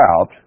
out